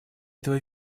этого